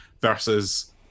versus